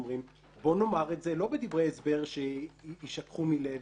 בואו נאמר את זה לא בדברי הסבר שיישכחו מלב,